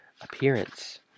appearance